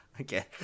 Okay